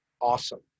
awesome